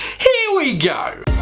here we go.